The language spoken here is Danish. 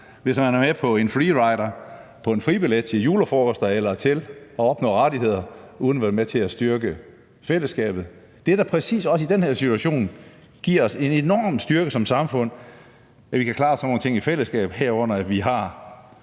hvis man er med på en free rider, på en fribillet til julefrokoster eller til at opnå rettigheder uden at være med til at styrke fællesskabet. Det, der præcis også i den her situation giver os en enorm styrke som samfund, er, at vi kan klare sådan nogle ting i fællesskab, herunder at vi har